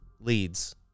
leads